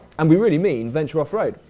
and we really mean venture off-road.